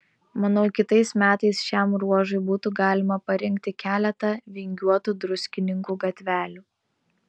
manau kitais metais šiam ruožui būtų galima parinkti keletą vingiuotų druskininkų gatvelių